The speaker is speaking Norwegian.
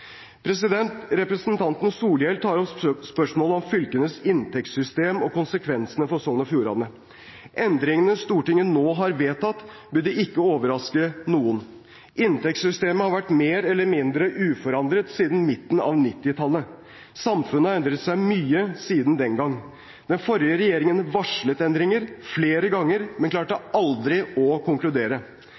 Representanten Solhjell tar opp spørsmålet om fylkenes inntektssystem og konsekvensene for Sogn og Fjordane. Endringene Stortinget nå har vedtatt, burde ikke overraske noen. Inntektssystemet har vært mer eller mindre uforandret siden midten av 1990-tallet. Samfunnet har endret seg mye siden den gang. Den forrige regjeringen varslet endringer flere ganger, men klarte aldri å konkludere.